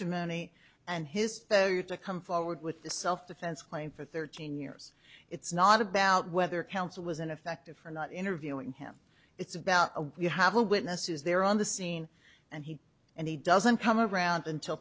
testimony and his failure to come forward with the self defense claim for thirteen years it's not about whether counsel was ineffective or not interviewing him it's about we have a witness is there on the scene and he and he doesn't come around until